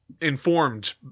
informed